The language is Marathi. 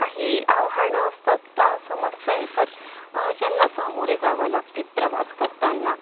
काही आव्हानं असतात त्या समस्या येतात ज्यांना सामोरे जावं लागते प्रवास करताना